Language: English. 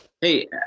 Hey